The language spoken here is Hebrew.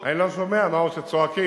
אני לא שומע מה עוד צועקים,